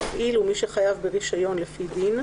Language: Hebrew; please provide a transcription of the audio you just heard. מפעיל ומי שחייב ברישיון לפי דין,